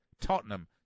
Tottenham